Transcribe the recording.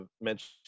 mentioned